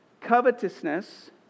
Covetousness